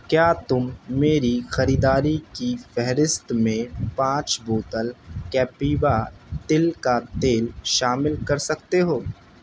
کیا تم میری خریداری کی فہرست میں پانچ بوتل کیپوا تل کا تیل شامل کر سکتے ہو